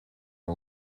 een